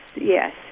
yes